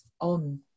on